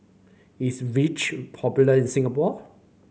is Vichy popular in Singapore